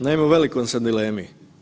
Naime, u velikoj sam dilemi.